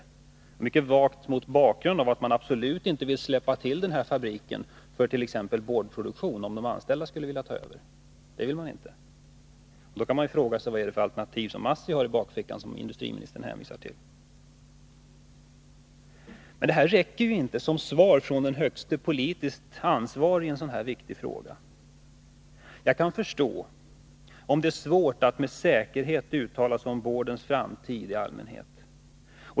Det är mycket vagt mot bakgrund av att man absolut inte vill ”släppa till” den här fabriken för t.ex. boardproduktion, om nu de anställda skulle vilja ta över. Det vill man alltså inte. Då kan man fråga sig vad det är för alternativ som ASSI har i bakfickan och som industriministern hänvisar till. Det här räcker inte som svar från den högste politiskt ansvarige i en så viktig fråga. Jag kan förstå att det är svårt att med säkerhet uttala sig om boardindustrins framtid i allmänhet.